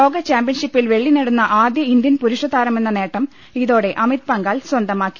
ലോക ചാമ്പൃൻഷിപ്പിൽ വെള്ളി നേടുന്ന ആദ്യ ഇന്ത്യൻ പുരുഷ താരമെന്ന് നേട്ടം ഇതോടെ അമിത് പംഗാൽ സ്വന്തമാക്കി